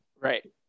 Right